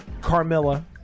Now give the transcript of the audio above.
Carmilla